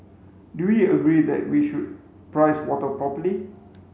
do we agree that we should price water properly